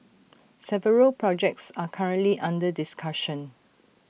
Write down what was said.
several projects are currently under discussion